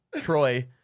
Troy